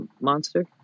Monster